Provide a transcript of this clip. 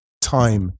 time